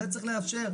זה צריך לאפשר.